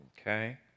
Okay